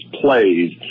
plays